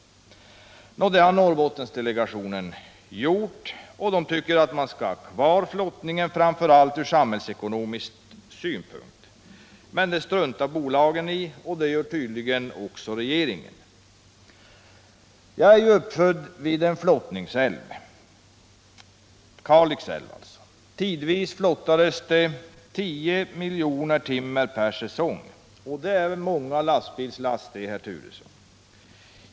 Det har Norrbottensdelegationen gjort, och den tycker att man skall ha kvar flottningen, framför allt ur samhällsekonomisk synvinkel. Men det struntar bolagen i, och det gör tydligen också regeringen. Jag är uppväxt vid en flottningsälv, Kalix älv. Tidvis flottades där 10 miljoner timmer per säsong. Det är många lastbilslass, herr Turesson.